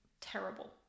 terrible